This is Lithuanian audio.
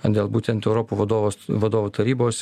a dėl būtent europų vadovos vadovų tarybos